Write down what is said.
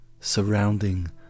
surrounding